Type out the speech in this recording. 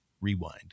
Rewind